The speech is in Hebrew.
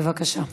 בבקשה.